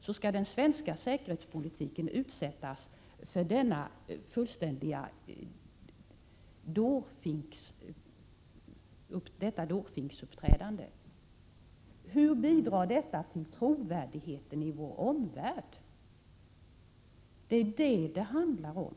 skall den svenska säkerhetspolitiken utsättas för detta ”dårfinksuppträdande”. Hur bidrar detta till trovärdigheten i vår omvärld? Det är vad det handlar om.